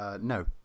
No